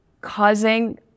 causing